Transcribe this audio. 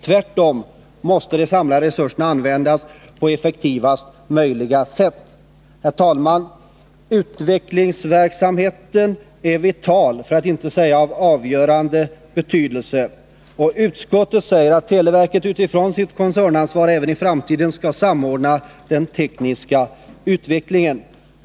Tvärtom måste de samlade resurserna användas på effektivaste möjliga sätt. Utvecklingsverksamheten är av vital, för att inte säga av avgörande betydelse. Utskottet säger att televerket utifrån sitt koncernansvar även i framtiden skall samordna den tekniska utvecklingen.